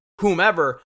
whomever